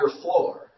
floor